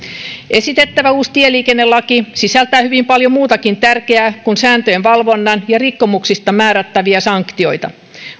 esitettävä uusi tieliikennelaki sisältää hyvin paljon muutakin tärkeää kuin sääntöjen valvonnan ja rikkomuksista määrättäviä sanktioita